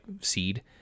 seed